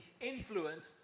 influence